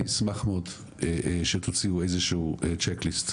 אני אשמח מאוד שתוציאו איזשהו צ'ק ליסט